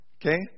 Okay